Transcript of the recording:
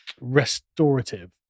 restorative